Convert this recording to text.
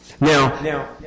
now